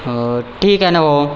हो ठीक आहे ना भाऊ